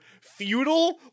Feudal